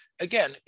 again